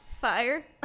fire